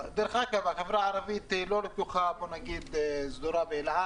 אגב, החברה הערבית היא לא סדורה באל על.